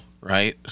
right